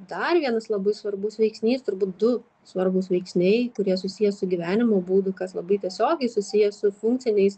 dar vienas labai svarbus veiksnys turbūt du svarbūs veiksniai kurie susiję su gyvenimo būdu kas labai tiesiogiai susiję su funkciniais